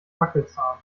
wackelzahn